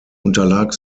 unterlag